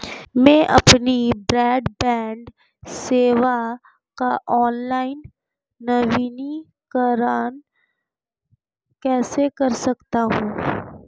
मैं अपनी ब्रॉडबैंड सेवा का ऑनलाइन नवीनीकरण कैसे कर सकता हूं?